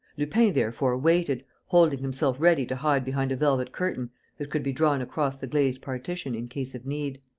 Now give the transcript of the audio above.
lupin, therefore, waited, holding himself ready to hide behind a velvet curtain that could be drawn across the glazed partition in case of need.